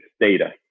data